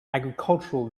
agricultural